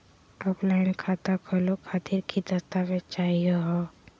Offline खाता खोलहु खातिर की की दस्तावेज चाहीयो हो?